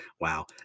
Wow